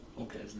Okay